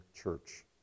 church